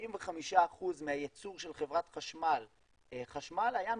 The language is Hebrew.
45% מהייצור של חשמל של חברת חשמל היה מפחם.